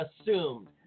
assumed